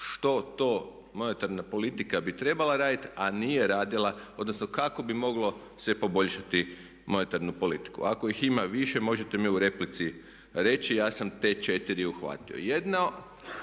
što to monetarna politika bi trebala raditi a nije radila, odnosno kako bi moglo se poboljšati monetarnu politiku. Ako ih ima više, možete mi u replici reći, ja sam te četiri uhvatio. Jedno